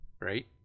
right